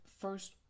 first